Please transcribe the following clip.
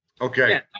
Okay